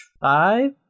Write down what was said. Five